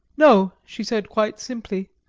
no, she said quite simply,